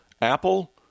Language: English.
Apple